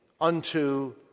unto